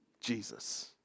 Jesus